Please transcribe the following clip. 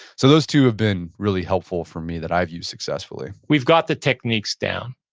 so those two have been really helpful for me that i've used successfully we've got the techniques down,